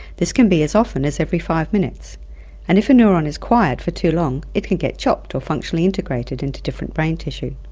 this can be as often as every five minutes and if a neuron is quiet for too long it can get chopped, or functionally integrated into different brain tissue.